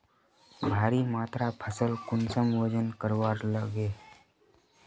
भारी मात्रा फसल कुंसम वजन करवार लगे?